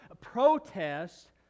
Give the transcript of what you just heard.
protest